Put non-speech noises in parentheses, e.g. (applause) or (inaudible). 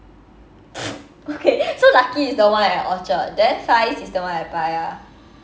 (noise) okay so lucky is the one at orchard then far east is the one at paya